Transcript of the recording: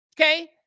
Okay